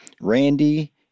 Randy